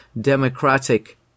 democratic